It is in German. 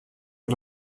und